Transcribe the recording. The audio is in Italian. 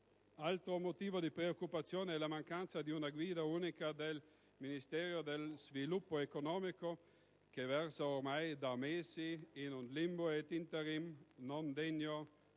Altro motivo di preoccupazione è la mancanza di una guida unica del Ministero dello sviluppo economico, che versa ormai da mesi in un limbo interinale non degno di un Paese